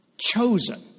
Chosen